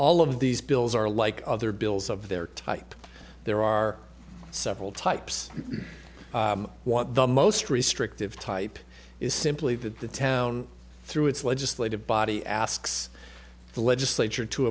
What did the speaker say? all of these bills are like other bills of their type there are several types what the most restrictive type is simply that the town through its legislative body asks the legislature to